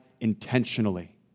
intentionally